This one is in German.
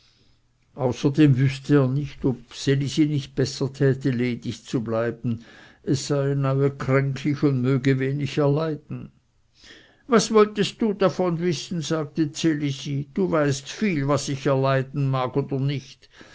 wußte er nicht ob ds elisi nicht besser täte ledig zu bleiben es sei neue kränklich und möge wenig erleiden was wolltest du davon wissen sagte ds elisi du weißt viel was ich erleiden mag oder nicht